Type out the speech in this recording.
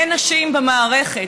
אין נשים במערכת.